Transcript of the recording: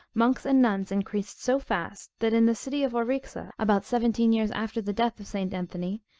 monks and nuns increased so fast, that in the city of orixa, about seventeen years after the death of st. anthony,